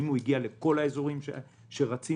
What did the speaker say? האם הוא הגיע לכל האזורים שרצינו?